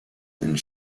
and